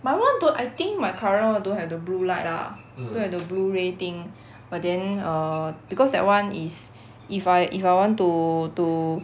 my [one] don't I think my current don't have the blue light lah don't have the blue ray thing but then err because that [one] is if I if I want to to